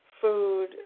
food